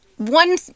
one